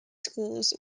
schools